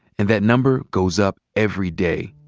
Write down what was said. and that number goes up every day.